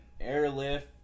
airlift